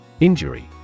Injury